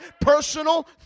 personal